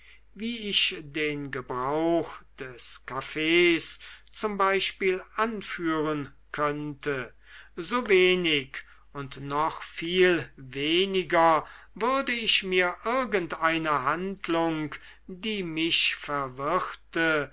wie ich den gebrauch des kaffees zum beispiel anführen könnte so wenig und noch viel weniger würde ich mir irgendeine handlung die mich verwirrte